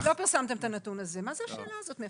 לא פרסמתם את הנתון הזה, מה זאת השאלה הזאת?